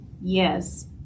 Yes